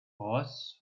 rosse